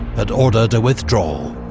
had ordered a withdrawal.